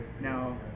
Now